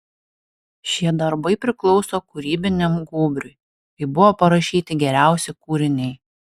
šie darbai priklauso kūrybiniam gūbriui kai buvo parašyti geriausi kūriniai